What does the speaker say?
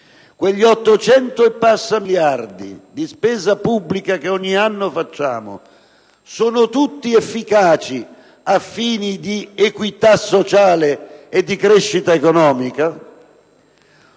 Quegli 800 e passa miliardi di spesa pubblica che ogni anno prevediamo sono tutti efficaci ai fini di equità sociale e di crescita economica?